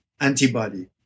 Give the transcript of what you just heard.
antibody